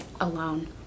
alone